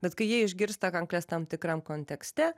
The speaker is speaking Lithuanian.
bet kai jie išgirsta kankles tam tikram kontekste